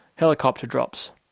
helicopter drops.